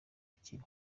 bikiri